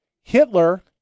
Hitler